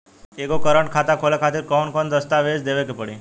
एगो करेंट खाता खोले खातिर कौन कौन दस्तावेज़ देवे के पड़ी?